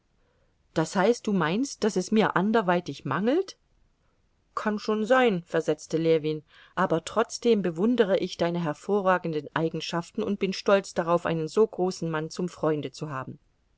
das heißt du meinst daß es mir anderweitig mangelt kann schon sein versetzte ljewin aber trotzdem bewundere ich deine hervorragenden eigenschaften und bin stolz darauf einen so großen mann zum freunde zu haben